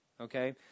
Okay